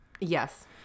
Yes